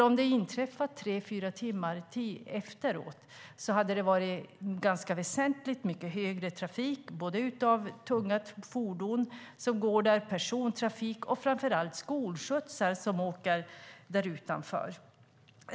Om den inträffat tre fyra timmar senare hade det varit väsentligt mycket mer trafik med tunga fordon som går där, persontrafik och framför allt skolskjutsar som åker där.